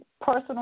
personal